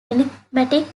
enigmatic